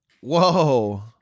Whoa